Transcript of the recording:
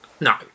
No